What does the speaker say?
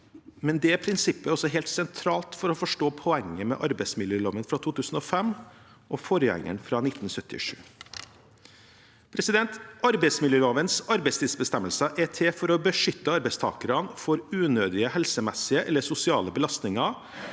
men prinsippet er også helt sentralt for å forstå poenget med arbeidsmiljøloven fra 2005 og forgjengeren fra 1977. Arbeidsmiljølovens arbeidstidsbestemmelser er til for å beskytte arbeidstakerne mot unødige helsemessige eller sosiale belastninger